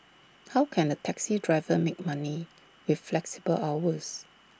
how can A taxi driver make money with flexible hours